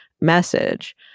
message